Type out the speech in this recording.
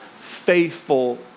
faithful